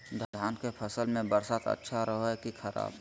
धान के फसल में बरसात अच्छा रहो है कि खराब?